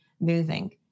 moving